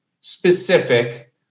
specific